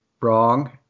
wrong